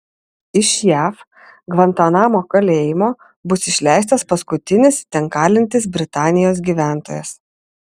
iš jav gvantanamo kalėjimo bus išleistas paskutinis ten kalintis britanijos gyventojas